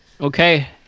Okay